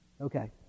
okay